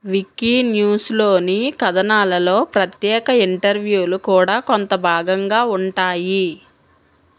విక్కీన్యూస్లోని కథనాలలో ప్రత్యేక ఇంటర్వ్యూలు కూడా కొంత భాగంగా ఉంటాయి